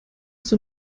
zur